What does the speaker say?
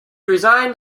resigned